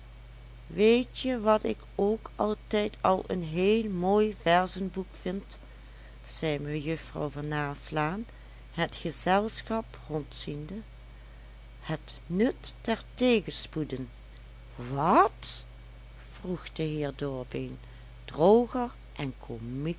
zelf weetje wat ik ook altijd al een heel mooi verzenboek vind zei mejuffrouw van naslaan het gezelschap rondziende het nut der tegenspoeden wat vroeg de heer dorbeen droger en